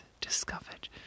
discovered